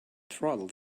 throttle